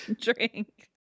drink